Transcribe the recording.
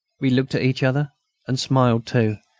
we looked at each other and smiled too,